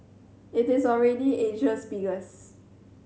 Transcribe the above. it is already Asia's biggest